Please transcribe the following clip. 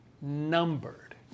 numbered